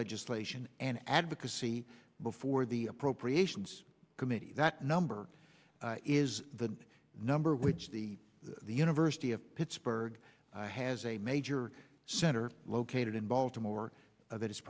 legislation and advocacy before the appropriations committee that number is the number which the the university of pittsburgh has a major center located in baltimore that is